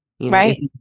Right